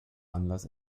anlass